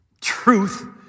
truth